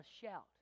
shout